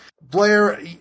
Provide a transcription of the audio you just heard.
Blair